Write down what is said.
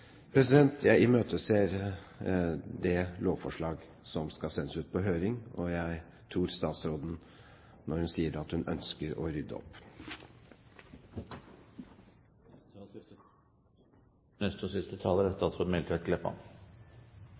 Jeg imøteser det lovforslag som skal sendes ut på høring, og jeg tror statsråden når hun sier at hun ønsker å rydde opp.